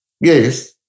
Yes